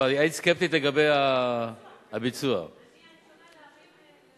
אני אמרתי: בוא נראה אתכם מבצעים.